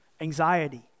anxiety